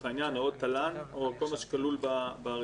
העניין או עוד תל"ן או כל מה שכלול ברכישות,